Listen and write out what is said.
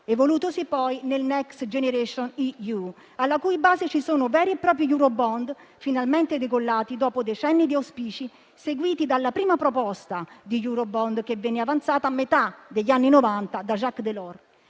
evolutosi poi nel Next generation EU, alla cui base ci sono veri e propri *eurobond*, finalmente decollati dopo decenni di auspici, seguiti dalla prima proposta di *eurobond*, che venne avanzata a metà degli anni Novanta da Jacques Delors.